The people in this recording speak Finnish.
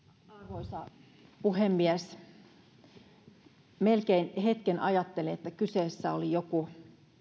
arvoisa puhemies melkein hetken ajattelin että kyseessä oli joku